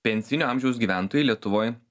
pensijinio amžiaus gyventojai lietuvoj